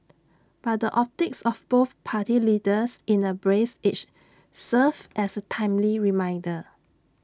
but the optics of both party leaders in A brace each serves as A timely reminder